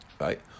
right